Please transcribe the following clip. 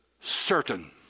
certain